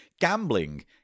gambling